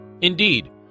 Indeed